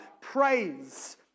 praise